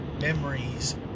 memories